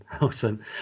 Awesome